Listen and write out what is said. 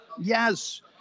Yes